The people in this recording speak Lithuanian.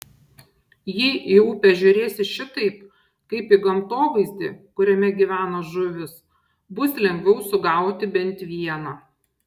jei į upę žiūrėsi šitaip kaip į gamtovaizdį kuriame gyvena žuvys bus lengviau sugauti bent vieną